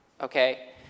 Okay